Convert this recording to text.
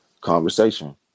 conversation